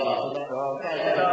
תודה רבה.